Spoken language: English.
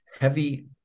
heavy